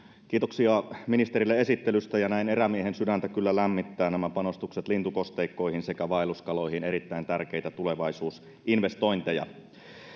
kiitoksia ministerille esittelystä näin erämiehen sydäntä kyllä lämmittävät nämä panostukset lintukosteikkoihin sekä vaelluskaloihin erittäin tärkeitä tulevaisuusinvestointeja